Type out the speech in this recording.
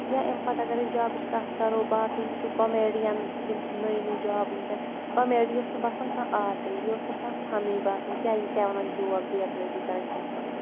یا امہِ پَتہٕ اگر أسۍ جابٕچ کَتھ کَرو باقٕے وٕچھُو کومیڈِیَن یِم چھِ نٔے نٔے جاب وٕنۍکٮ۪ن کامٮ۪ڈی یہِ اوس نہٕ باسان کانٛہہ آٹَے یہِ اوس نہٕ کانٛہہ فَنٕے باسان کیٛاہ یہِ کیٛاہ وَنان جوک بیکلٲزی کَران کینٛہہ تامَتھ